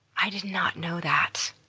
i did not know that.